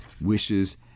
wishes